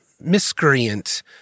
miscreant